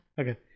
okay